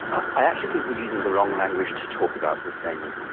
i actually think we're using the wrong language to talk about this, damien.